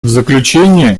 заключение